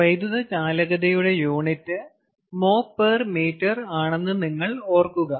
വൈദ്യുതചാലകതയുടെ unit mhom ആണെന്ന് നിങ്ങൾ ഓർക്കുക